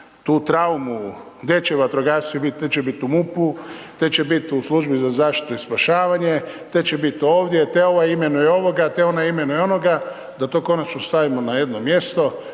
tu traumu gdje će vatrogasci bit, te će bit u MUP-u, te će bit u Službi za zaštitu i spašavanje, te će biti ovdje, te ovaj imenuje ovoga, te onaj imenuje onoga da to konačno stavimo na jedno mjesto